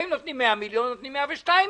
האם נותנים 100 מיליון או נותנים 102 מיליון.